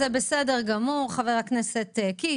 זה בסדר גמור, חבר הכנסת קיש.